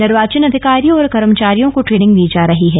निर्वाचन अधिकारियों और कर्मचारियों को ट्रेनिंग दी जा रही है